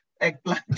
eggplant